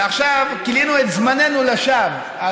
ועכשיו כילינו את זמננו לשווא.